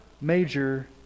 major